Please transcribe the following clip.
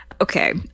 Okay